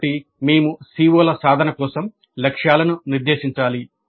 కాబట్టి మేము CO ల సాధన కోసం లక్ష్యాలను నిర్దేశించాలి